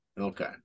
Okay